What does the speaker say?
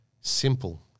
simple